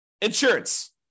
insurance